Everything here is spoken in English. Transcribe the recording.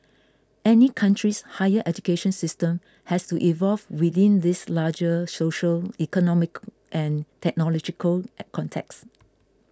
any country's higher education system has to evolve within these larger social economic and technological at contexts